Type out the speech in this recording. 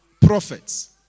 prophets